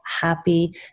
happy